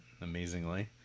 amazingly